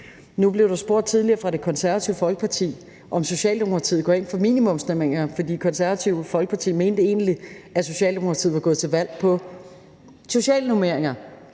Nu blev der tidligere fra Det Konservative Folkepartis side spurgt, om Socialdemokratiet går ind for minimumsnormeringer, fordi Det Konservative Folkeparti egentlig mente, at Socialdemokratiet var gået til valg på socialnormeringer.